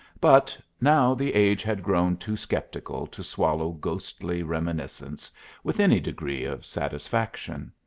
but now the age had grown too sceptical to swallow ghostly reminiscence with any degree of satisfaction.